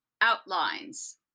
outlines